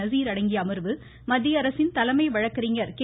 நஸீர் அடங்கிய அமர்வு மத்திய அரசின் தலைமை வழக்கறிஞர் கே